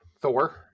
Thor